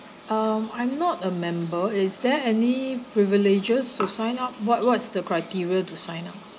um I'm not a member is there any privileges to sign up what what is the criteria to sign up